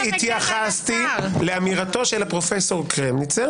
התייחסתי לאמירתו של פרופ' קרמניצר